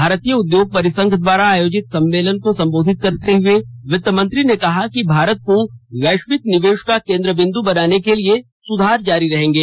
भारतीय उद्योग परिसंघ द्वारा आयोजित सम्मेलन को सम्बोधित करते हुए वित्त मंत्री ने कहा कि भारत को वैश्विक निवेश का केंद्र बिंद बनाने के लिए सुधार जारी रहेंगे